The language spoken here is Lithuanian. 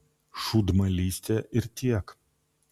šūdmalystė ir tiek